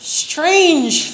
strange